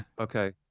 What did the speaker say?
Okay